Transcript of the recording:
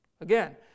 Again